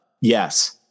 Yes